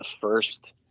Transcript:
first